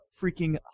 freaking